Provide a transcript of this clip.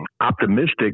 optimistic